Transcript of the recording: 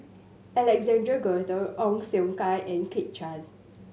Alexander Guthrie Ong Siong Kai and Kit Chan